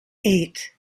eight